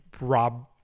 Rob